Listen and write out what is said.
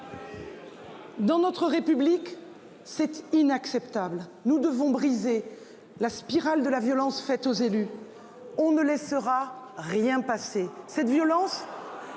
Dans notre République cette inacceptable. Nous devons briser la spirale de la violence faite aux élus. On ne laissera rien passer cette violence.